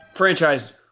franchise